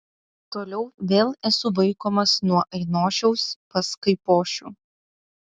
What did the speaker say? toliau vėl esu vaikomas nuo ainošiaus pas kaipošių